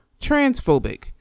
transphobic